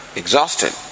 exhausted